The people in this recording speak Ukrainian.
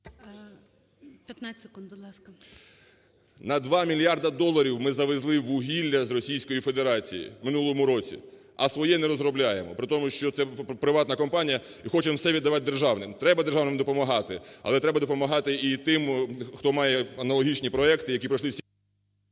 На 2 мільярди доларів ми завезли вугілля з Російської Федерації в минулому році, а своє не розробляємо. При тому, що це приватна компанія і хочемо все віддавати державним. Треба державним допомагати, але треба допомагати і тим, хто має аналогічні проекти, які пройшли всі…